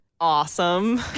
awesome